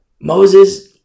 Moses